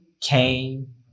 came